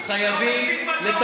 אתה זורק משפטים בלי להגיד,